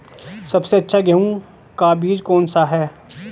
सबसे अच्छा गेहूँ का बीज कौन सा है?